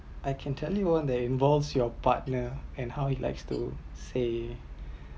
I can tell you one that involved your partner and how he likes to say